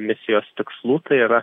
misijos tikslų tai yra